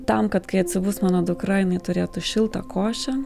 tam kad kai atsibus mano dukra jinai turėtų šiltą košę